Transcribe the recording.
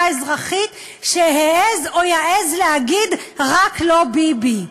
האזרחית שהעז או יעז להגיד "רק לא ביבי".